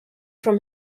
from